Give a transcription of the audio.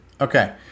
Okay